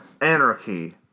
anarchy